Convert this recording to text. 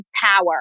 power